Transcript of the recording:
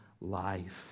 life